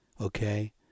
Okay